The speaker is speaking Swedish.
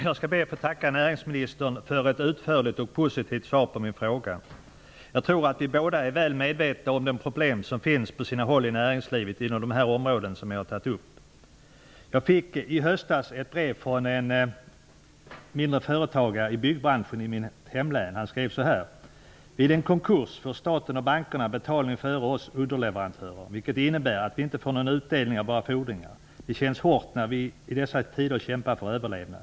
Fru talman! Jag tackar näringsministern för ett utförligt och positivt svar på min fråga. Jag tror att vi båda är väl medvetna om de problem som finns på sina håll inom näringslivet på de områden som jag här har tagit upp. Jag fick i höstas ett brev från en mindre företagare i byggbranschen i mitt hemlän. Han skrev så här: ''Vid en konkurs får staten och bankerna betalning före oss underleverantörer, vilket innebär att vi inte får någon utdelning på våra fordringar. Detta känns hårt när vi i dessa tider kämpar för överlevnad.